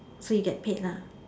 so you get paid lah